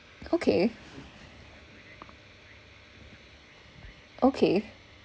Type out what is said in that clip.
okay okay